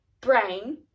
brain